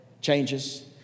changes